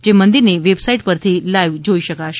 જે મંદિરની વેબસાઇટ પરથી લાઇવ જોઇ શકાશે